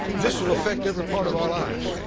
this will affect every part of our lives.